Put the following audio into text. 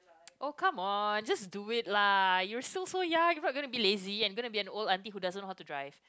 oh come on just do it lah you're still so young if you're gonna be lazy and gonna be an old auntie who doesn't know how to drive